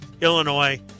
Illinois